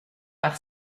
par